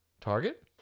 Target